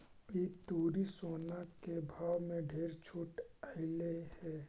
इस तुरी सोना के भाव में ढेर छूट अएलई हे